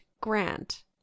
Grant